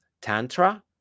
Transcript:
Tantra